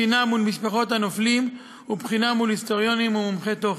בחינה מול משפחות הנופלים ובחינה מול היסטוריונים ומומחי תוכן.